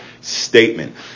statement